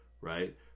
right